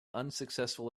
unsuccessful